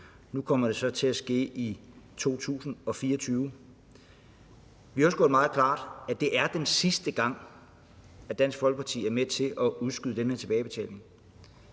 Nu kommer det så til at ske i 2024. Vi har også gjort det meget klart, at det er den sidste gang, Dansk Folkeparti er med til at udskyde det med tilbagebetalingen.